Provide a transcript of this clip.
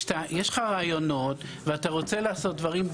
כשיש לך רעיונות ואתה רוצה לעשות דברים,